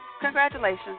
congratulations